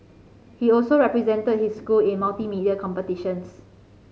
he also represented his school in multimedia competitions